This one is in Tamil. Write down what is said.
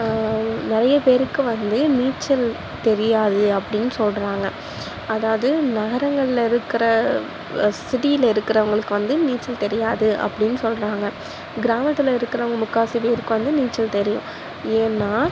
நிறைய பேருக்கு வந்து நீச்சல் தெரியாது அப்படின்னு சொல்கிறாங்க அதாவது நகரங்களில் இருக்கிற சிட்டியில் இருக்கிறவுங்களுக்கு வந்து நீச்சல் தெரியாது அப்படினு சொல்கிறாங்க கிராமத்தில் இருக்கிறவுங்க முக்கால்வாசி பேருக்கு வந்து நீச்சல் தெரியும் ஏன்னால்